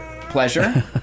pleasure